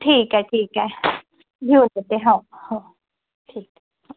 ठीक आहे ठीक आहे घेऊन येते हो हो ठीक हां